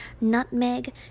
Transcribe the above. nutmeg